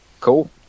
Cool